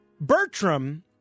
Bertram